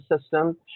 system